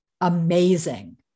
amazing